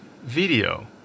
video